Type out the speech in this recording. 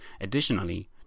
Additionally